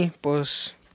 Pues